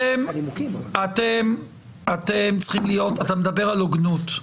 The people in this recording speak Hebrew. אתה מדבר על הוגנות.